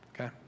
okay